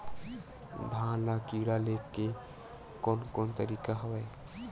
धान ल कीड़ा ले के कोन कोन तरीका हवय?